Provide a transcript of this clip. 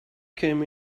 came